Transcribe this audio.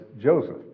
Joseph